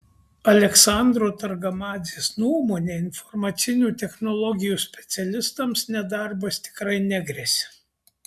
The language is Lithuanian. aleksandro targamadzės nuomone informacinių technologijų specialistams nedarbas tikrai negresia